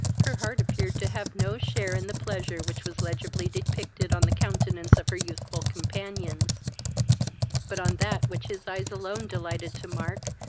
her heart appeared to have no share in the pleasure which was legibly depicted on the countenance of her youthful companions but, on that which his eyes alone delighted to mark,